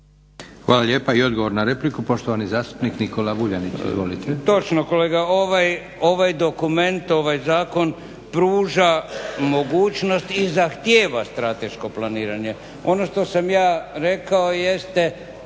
Hvala lijepa. Odgovor na repliku, poštovana zastupnica Martina Dalić.